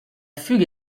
fugue